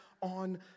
on